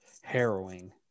harrowing